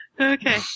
Okay